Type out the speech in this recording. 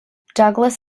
douglas